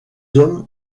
hommes